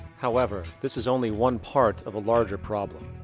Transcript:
however, this is only one part of a larger problem.